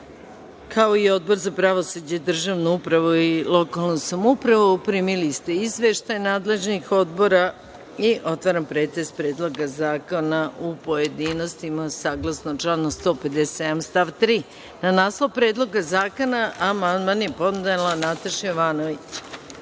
kao i Odbor za pravosuđe, državnu upravu i lokalnu samoupravu. Primili ste izveštaje nadležnih odbora. Otvaram pretres Predloga zakona u pojedinostima, saglasno članu 157. stav 3.Na naslov Predloga zakona amandman je podnela narodni